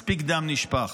מספיק דם נשפך.